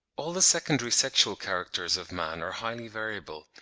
all the secondary sexual characters of man are highly variable,